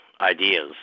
ideas